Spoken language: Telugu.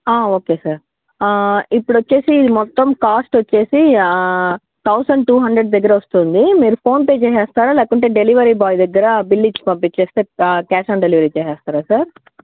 ఓకే సార్ ఇప్పుడు వచ్చి మొత్తం కాస్ట్ వచ్చి థౌజండ్ టూ హండ్రెడ్ దగ్గర వస్తుంది మీరు ఫోన్పే చేస్తారా లేకుంటే డెలివరీ బాయ్ దగ్గర బిల్ ఇచ్చి పంపిస్తే క్యాష్ ఆన్ డెలివరీ చేస్తారా సార్